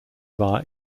via